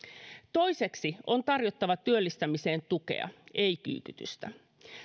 toiseksi on tarjottava työllistämiseen tukea ei kyykytystä